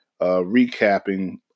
recapping